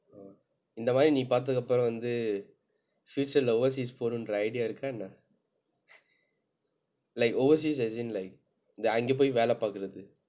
இந்த மாதிரி நீ பார்த்ததுக்கு அப்புறம் வந்து:intha maathiri ni paartthathukku appuram vanthu future இல்ல:illa overseas போனும்னு ஒரு:ponbumnu oru idea இருக்கா என்ன:irukkaa enna like overseas as in like அங்க போய் வேலை பார்க்கிறது:anga poi velai paarkkirathu